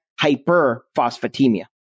hyperphosphatemia